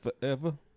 forever